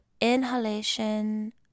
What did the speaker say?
inhalation